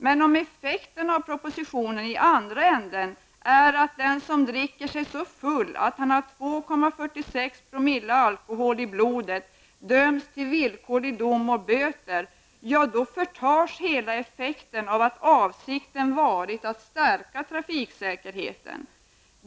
Men om propositionen å andra sidan leder till att den som dricker sig så full att han har 2,46 promille alkohol i blodet, döms till villkorlig dom och böter, då förtas hela effekten av att avsikten varit att stärka trafiksäkerheten.